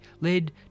led